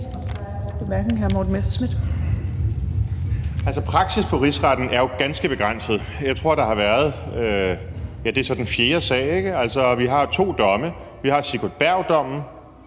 Altså, praksis for Rigsretten er jo ganske begrænset. Jeg tror, at det så er den fjerde sag, ikke? Vi har to domme: Vi har Sigurd Berg-dommen,